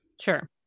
Sure